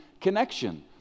connection